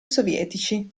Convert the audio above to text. sovietici